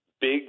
big